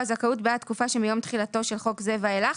זכאות בעד תקופה שמיום תחילתו של חוק זה ואילך'